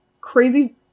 crazy